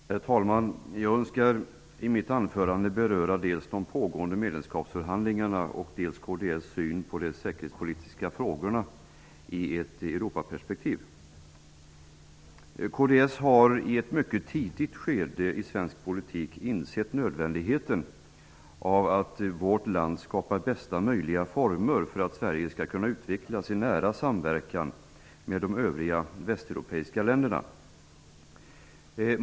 Herr talman! Jag önskar i mitt anförande beröra dels de pågående medlemskapsförhandlingarna, dels kds syn på de säkerhetspolitiska frågorna i ett Kds har i ett mycket tidigt skede i svensk politik insett nödvändigheten av att vi skapar bästa möjliga former för att Sverige skall kunna utvecklas i nära samverkan med de övriga västeuropeiska länderna.